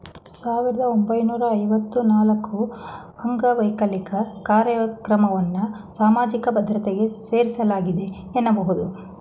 ಸಾವಿರದ ಒಂಬೈನೂರ ಐವತ್ತ ನಾಲ್ಕುಅಂಗವೈಕಲ್ಯ ಕಾರ್ಯಕ್ರಮವನ್ನ ಸಾಮಾಜಿಕ ಭದ್ರತೆಗೆ ಸೇರಿಸಲಾಗಿದೆ ಎನ್ನಬಹುದು